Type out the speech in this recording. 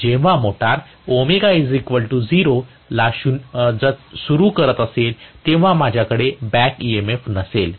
जेव्हा मोटार ω 0 ला सुरू करत असेल तेव्हा माझ्याकडे बॅक ईएमएफ नसेल